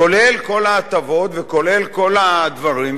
כולל כל ההטבות וכולל כל הדברים,